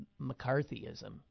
McCarthyism